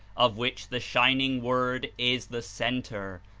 of which the shining word is the center,